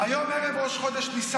לא ערב ראש חודש.